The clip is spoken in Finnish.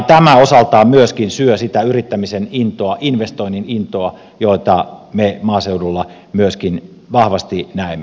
tämä osaltaan myöskin syö sitä yrittämisen intoa investoinnin intoa jota me maaseudulla myöskin vahvasti näemme